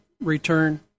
return